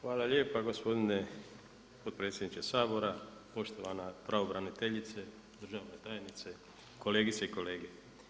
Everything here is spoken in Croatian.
Hvala lijepa gospodine potpredsjedniče Sabora, poštovana pravobraniteljice, državna tajnice, kolegice i kolege.